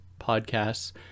podcasts